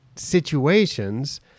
situations